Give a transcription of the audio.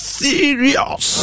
serious